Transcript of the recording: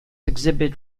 exhibit